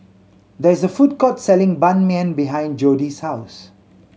there is a food court selling Ban Mian behind Jodi's house